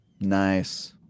Nice